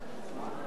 כנסת נכבדה,